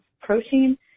protein